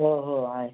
हो हो आहे